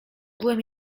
byłem